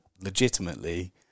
legitimately